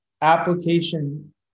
application